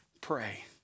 pray